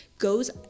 goes